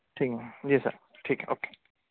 ٹھیک ہے جی سر ٹھیک ہے اوکے